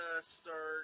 start